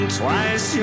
twice